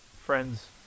friends